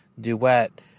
Duet